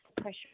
pressure